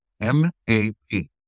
M-A-P